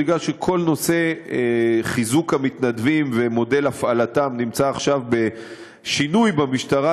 כל נושא חיזוק המתנדבים ומודל הפעלתם נמצא עכשיו בשינוי במשטרה,